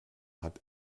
hat